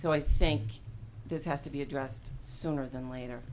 so i think this has to be addressed sooner than later